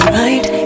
right